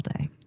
day